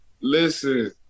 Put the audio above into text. Listen